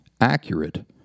accurate